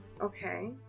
okay